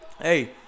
hey